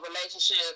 relationship